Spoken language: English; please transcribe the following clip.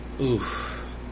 Oof